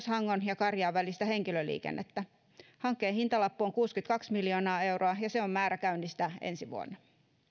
hangon ja karjaan välistä henkilöliikennettä hankkeen hintalappu on kuusikymmentäkaksi miljoonaa euroa ja se on määrä käynnistää ensi vuonna